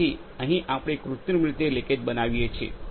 તેથી અહીં આપણે કૃત્રિમ રીતે લિકેજ બનાવીએ છીએ